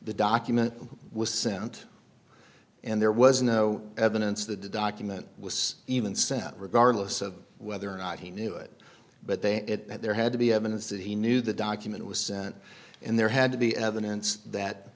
the document was sent and there was no evidence that the document was even sent regardless of whether or not he knew it but they it but there had to be evidence that he knew the document was sent in there had to be evidence that